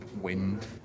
Wind